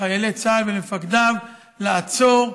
לחיילי צה"ל ולמפקדיו לעצור,